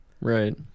right